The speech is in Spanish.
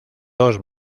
dos